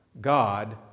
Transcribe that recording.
God